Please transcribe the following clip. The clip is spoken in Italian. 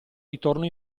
ritorno